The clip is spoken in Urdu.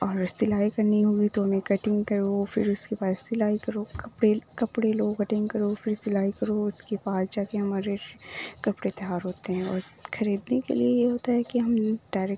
اور سلائی کرنی ہوگی تو ہمیں کٹنگ کرو پھر اس کے بعد سلائی کرو کپڑے کپڑے لو کٹنگ کرو پھر سلائی کرو اس کے بعد جا کے ہمارے کپڑے تیار ہوتے ہیں اور خریدنے کے لیے یہ ہوتا ہے کہ ہم ڈائریکٹ